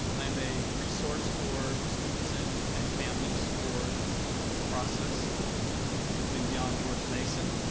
i am a resource for students and and families for the process of moving beyond george mason